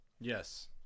yes